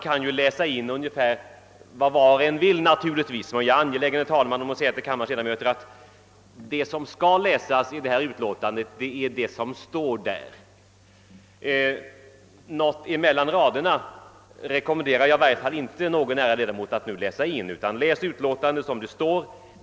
Jag är angelägen om, herr talman, att franhålla för kammarens ledamöter att det som skall läsas i detta utlåtande är det som står där. Jag rekommenderar inte någon ledamot att läsa någonting mellan raderna. Läs utlåtandet som det är!